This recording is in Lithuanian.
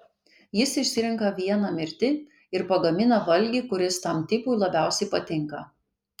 jis išsirenka vieną mirti ir pagamina valgį kuris tam tipui labiausiai patinka